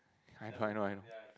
I know I know I know